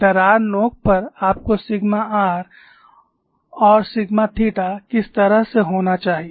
दरार नोक पर आपको सिग्मा r और सिग्मा थीटा किस तरह से होना चाहिए